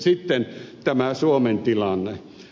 sitten tämä suomen tilanne